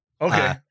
Okay